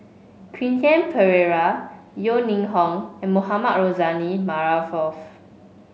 Quentin Pereira Yeo Ning Hong and Mohamed Rozani Maarof